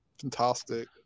fantastic